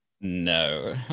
No